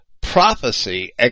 prophecy